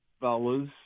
fellas